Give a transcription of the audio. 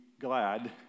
glad